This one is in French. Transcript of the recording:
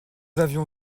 avions